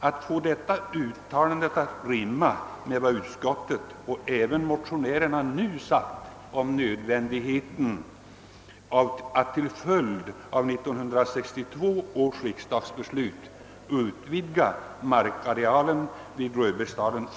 Det är svårt att få detta uttalande att rimma med vad utskottet och motionärerna framhållit om nödvändigheten av att till följd av 1962 års riksdagsbeslut utvidga markarealen vid Röbäcksdalen.